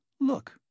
look